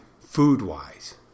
food-wise